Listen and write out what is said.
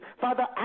Father